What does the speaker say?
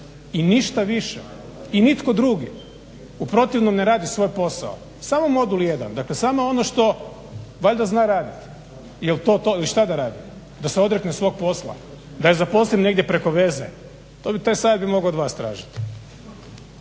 i ništa više i nitko drugi. U protivnom ne radi svoj posao. Samo modul jedan, dakle samo ono što valjda zna raditi. Jel' to to ili šta da radi? Da se odrekne svog posla? Da je zaposlim negdje preko veze? Taj savjet bih mogao od vas tražiti.